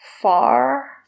far